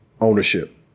ownership